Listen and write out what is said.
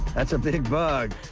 that's a big bug.